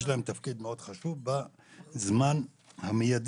יש לה תפקיד מאוד חשוב בזמן המיידי,